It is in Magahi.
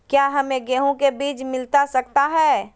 क्या हमे गेंहू के बीज मिलता सकता है?